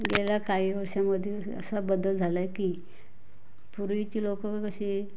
गेल्या काही वर्षांमध्येच असा बदल झाला आहे की पूर्वीची लोक क कशी